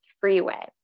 Freeway